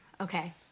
Okay